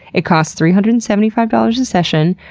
it costs three hundred and seventy five dollars a session,